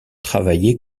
travaillé